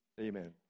Amen